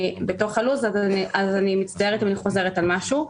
בתוך הלוז אז אני מצטערת אם אני חוזרת על משהו.